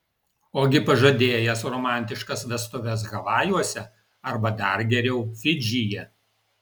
ogi pažadėjęs romantiškas vestuves havajuose arba dar geriau fidžyje